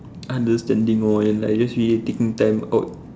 understanding or and like just really taking time out